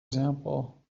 example